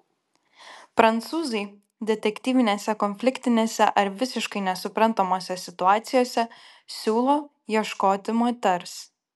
prancūzai detektyvinėse konfliktinėse ar visiškai nesuprantamose situacijose siūlo ieškoti moters